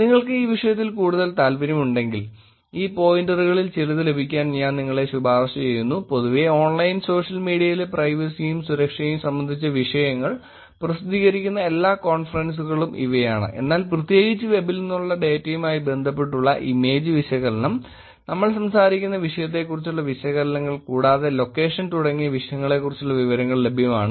നിങ്ങൾക്ക് ഈ വിഷയത്തിൽ കൂടുതൽ താൽപ്പര്യമുണ്ടെങ്കിൽ ഈ പോയിന്ററുകളിൽ ചിലത് ലഭിക്കാൻ ഞാൻ നിങ്ങളെ ശുപാർശ ചെയ്യുന്നു പൊതുവെ ഓൺലൈൻ സോഷ്യൽ മീഡിയയിലെ പ്രൈവസിയും സുരക്ഷയും സംബന്ധിച്ച വിഷയങ്ങൾ പ്രസിദ്ധീകരിക്കുന്ന എല്ലാ കോൺഫറൻസുകളും ഇവയാണ് എന്നാൽ പ്രത്യേകിച്ച് വെബിൽ നിന്നുള്ള ഡേറ്റയുമായി ബന്ധപ്പെട്ടുള്ള ഇമേജ് വിശകലനം നമ്മൾ സംസാരിക്കുന്ന ചിത്രത്തെക്കുറിച്ചുള്ള വിശകലനങ്ങൾ കൂടാതെ ലൊക്കേഷൻ തുടങ്ങിയ വിഷയങ്ങളെക്കുറിച്ചുള്ള വിവരങ്ങൾ ലഭ്യമാണ്